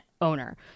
owner